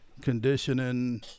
conditioning